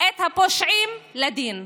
את הפושעים לדין.